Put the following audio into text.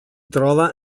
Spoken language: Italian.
trova